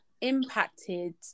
impacted